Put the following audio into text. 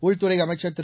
உள்துறை அமைச்சர் திரு